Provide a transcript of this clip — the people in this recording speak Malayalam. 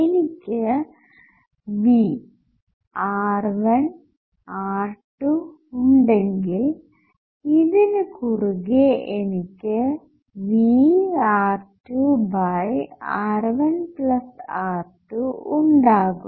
എനിക്ക് V R1 R2ഉണ്ടെങ്കിൽ ഇതിനു കുറുകെ എനിക്ക് VR2R1R2 ഉണ്ടാകും